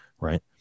Right